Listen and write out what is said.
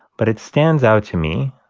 but it stands out to me,